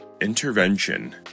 Intervention